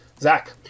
zach